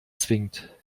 zwingt